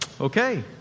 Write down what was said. okay